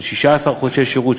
של 16 חודשי שירות,